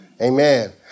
Amen